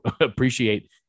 appreciate